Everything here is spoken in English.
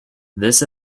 this